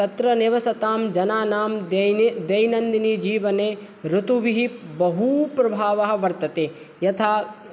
तत्र निवसतां जनानां दैन दैनन्दिनजीवने ऋतुभिः बहुप्रभावः वर्तते यथा